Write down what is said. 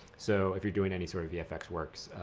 so if you're doing any sort of vfx works,